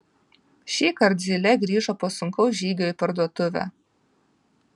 šįkart zylė grįžo po sunkaus žygio į parduotuvę